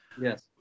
Yes